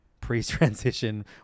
pre-transition